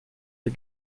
die